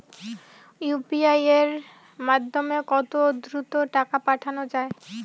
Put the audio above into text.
UPI এর মাধ্যমে কত দ্রুত টাকা পাঠানো যায়?